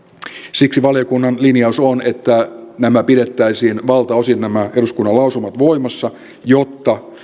siksi valiokunnan linjaus on että pidettäisiin valtaosin nämä eduskunnan lausumat voimassa jotta